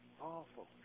Awful